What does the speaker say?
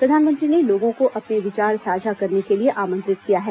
प्रधानमंत्री ने लोगों को अपने विचार साझा करने के लिए आमंत्रित किया है